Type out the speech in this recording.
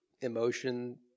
emotion